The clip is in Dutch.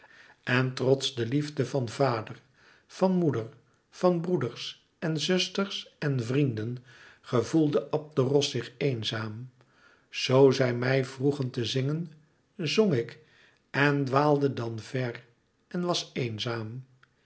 en trots de liefde van vader van moeder van broeders en zusters en vrienden gevoelde abderos zich eenzaam zoo zij mij vroegen te zingen zong ik en dwaalde dan ver en was eenzaam